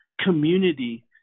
community